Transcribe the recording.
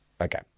Okay